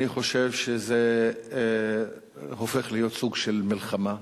אני חושב שזה הופך להיות סוג של מלחמה,